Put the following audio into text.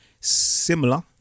similar